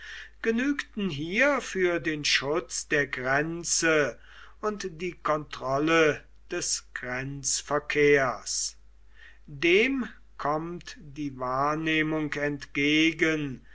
genügten hier für den schutz der grenze und die kontrolle des grenzverkehrs dem kommt die wahrnehmung entgegen